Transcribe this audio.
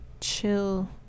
chill